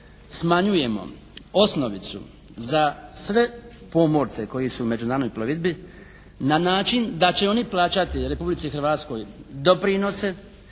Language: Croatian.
smanjujemo osnovicu za sve pomorce koji su u međunarodnoj plovidbi na način da će oni plaćati Republici Hrvatskoj doprinose